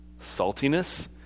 saltiness